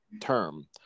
term